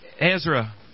Ezra